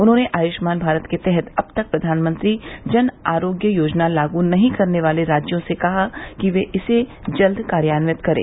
उन्होंने आयुष्मान भारत के तहत अब तक प्रधानमंत्री जन आरोग्य योजना लागू नहीं करने वाले राज्यों से कहा कि वे भी इसे जल्द कार्यान्वित करें